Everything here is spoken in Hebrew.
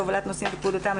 להובלת נוסעים וכבודתם,